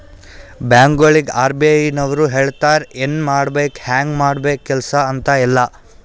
ಬ್ಯಾಂಕ್ಗೊಳಿಗ್ ಆರ್.ಬಿ.ಐ ನವ್ರು ಹೇಳ್ತಾರ ಎನ್ ಮಾಡ್ಬೇಕು ಹ್ಯಾಂಗ್ ಮಾಡ್ಬೇಕು ಕೆಲ್ಸಾ ಅಂತ್ ಎಲ್ಲಾ